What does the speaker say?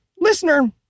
listener